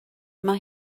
mae